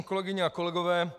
Kolegyně a kolegové.